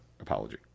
apology